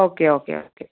okay okay okay